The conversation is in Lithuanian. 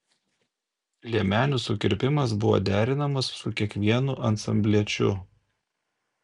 liemenių sukirpimas buvo derinamas su kiekvienu ansambliečiu